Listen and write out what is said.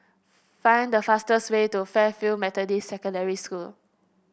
find the fastest way to Fairfield Methodist Secondary School